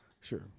Sure